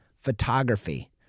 photography